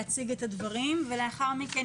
הדברים ולאחר מכן,